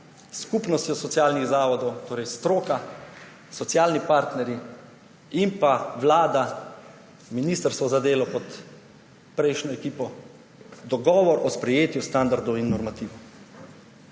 Skupnostjo socialnih zavodov, torej stroka, socialni partnerji in pa vlada, ministrstvo za delo pod prejšnjo ekipo, dogovor o sprejetju standardov in normativov,